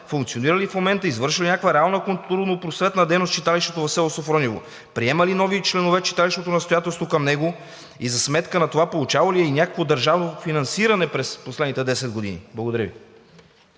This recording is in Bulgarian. функционира ли в момента, извършва ли някаква реална културно-просветна дейност читалището в село Софрониево? Приема ли нови членове читалищното настоятелство към него и за сметка на това получавало ли е някакво държавно финансиране през последните 10 години? Благодаря Ви.